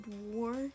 war